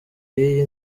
y’iyi